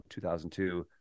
2002